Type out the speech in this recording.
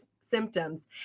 symptoms